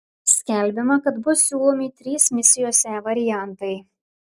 skelbiama kad bus siūlomi trys misijos e variantai